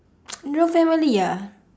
no family ah